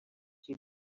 you